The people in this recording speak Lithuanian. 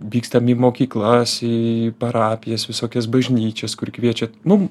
vykstam į mokyklas į parapijas visokias bažnyčias kur kviečia mum